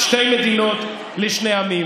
שתי מדינות לשני עמים.